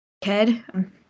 kid